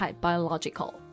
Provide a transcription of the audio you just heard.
Biological